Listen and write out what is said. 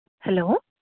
hello